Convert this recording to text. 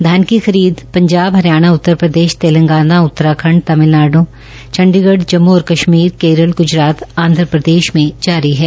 धान की खरीद पंजाब हरियाणा उत्तर प्रदेश तेलगांना उत्ताखंड तमिलनाडू चंडीगढ़ जम्मू कश्मीर केरल ग्जरात आंध्रपदेश में जारी है